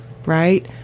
Right